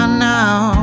now